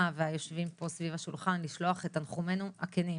והיושבים פה סביב השולחן לשלוח את תנחומינו הכנים